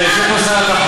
כן, יושב פה שר התחבורה.